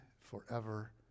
forever